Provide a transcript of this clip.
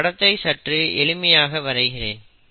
இந்த படத்தை சற்று எளிமையாக வரைகிறேன்